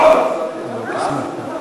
מבקשים מרעה.